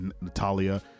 Natalia